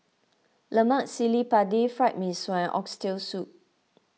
Lemak Cili Padi Fried Mee Sua and Oxtail Soup